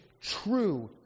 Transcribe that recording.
true